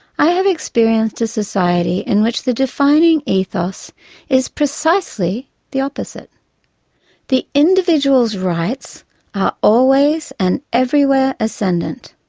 i have experienced a society in which the defining ethos is precisely the opposite the individual's rights are always and everywhere ascendant,